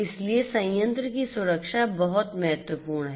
इसलिए संयंत्र की सुरक्षा बहुत महत्वपूर्ण है